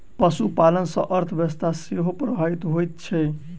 पशुपालन सॅ अर्थव्यवस्था सेहो प्रभावित होइत छै